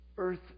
Earth